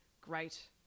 great